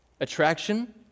attraction